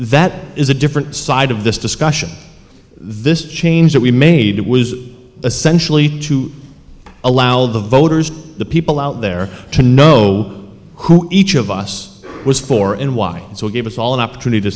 that is a different side of this discussion this change that we made was essentially to allow the voters the people out there to know who each of us was for and why so give us all an opportunity to